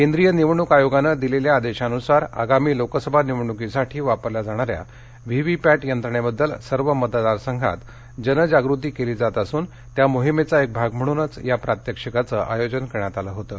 केंद्रीय निवडणूक आयोगाने दिलेल्या आदेशानुसार आगामी लोकसभा निवडणूकीसाठी वापरल्या जाणाऱ्या व्ही व्ही पॅट यंत्रणेबद्दल सर्व मतदार संघात जनजागृती केली जात असून त्या मोहिमेचा एक भाग म्हणूनच या प्रात्यक्षिकाचं आयोजन करण्यात आलं होतं